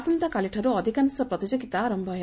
ଆସନ୍ତାକାଲିଠାରୁ ଅଧିକାଂଶ ପ୍ରତିଯୋଗୀତା ଆରମ୍ଭ ହେବ